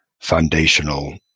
foundational